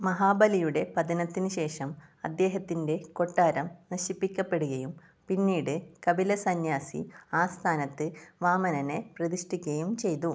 മഹാബലിയുടെ പതനത്തിന് ശേഷം അദ്ദേഹത്തിൻ്റെ കൊട്ടാരം നശിപ്പിക്കപ്പെടുകയും പിന്നീട് കപില സന്യാസി ആ സ്ഥാനത്ത് വാമനനെ പ്രതിഷ്ഠിക്കയും ചെയ്തു